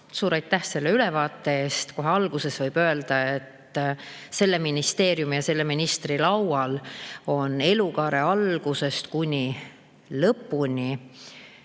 Suur aitäh selle ülevaate eest! Kohe alguses võib öelda, et selle ministeeriumi ja selle ministri laual on elukaare algusest kuni lõpuni